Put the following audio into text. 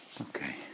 Okay